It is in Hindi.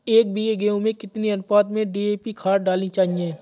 एक बीघे गेहूँ में कितनी अनुपात में डी.ए.पी खाद डालनी चाहिए?